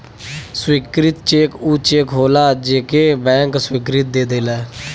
स्वीकृत चेक ऊ चेक होलाजे के बैंक स्वीकृति दे देला